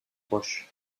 roche